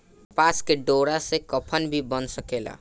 कपास के डोरा से कफन भी बन सकेला